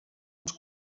uns